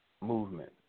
movement